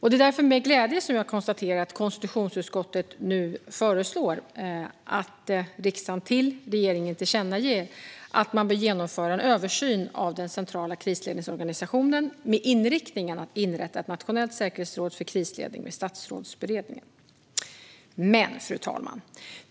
Det är därför med glädje jag konstaterar att konstitutionsutskottet nu föreslår att riksdagen till regeringen ska tillkännage att man vill genomföra en översyn av den centrala krisledningsorganisationen med inriktningen att inrätta ett nationellt säkerhetsråd för krisledning vid Statsrådsberedningen. Fru talman!